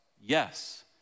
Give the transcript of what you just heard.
Yes